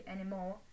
anymore